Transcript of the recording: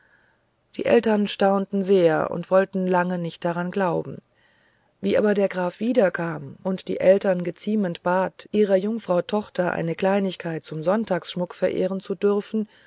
die eltern erstaunten sehr und wollten lange nicht daran glauben wie aber der graf wiederkam und die eltern geziemend bat ihrer jungfrau tochter eine kleinigkeit zum sonntagsschmuck verehren zu dürfen